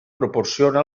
proporciona